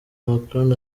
macron